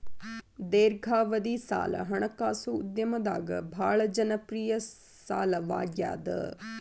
ದೇರ್ಘಾವಧಿ ಸಾಲ ಹಣಕಾಸು ಉದ್ಯಮದಾಗ ಭಾಳ್ ಜನಪ್ರಿಯ ಸಾಲವಾಗ್ಯಾದ